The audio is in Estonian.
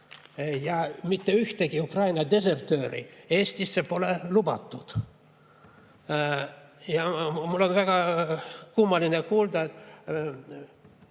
Ja mitte ühtegi Ukraina desertööri Eestisse pole lubatud. Mul on väga kummaline kuulda, et